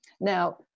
now